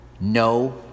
No